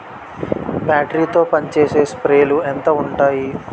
Battery తో పనిచేసే స్ప్రేలు ఎంత ఉంటాయి?